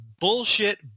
bullshit